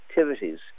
activities